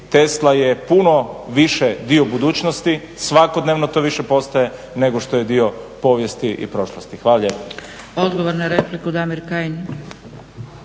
Tesla je puno više, dio budućnosti, svakodnevno to više postaje nego što je dio povijesti i prošlosti. Hvala